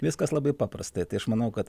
viskas labai paprasta tai aš manau kad